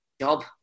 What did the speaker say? job